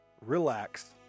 relax